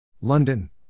London